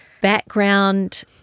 background